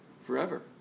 forever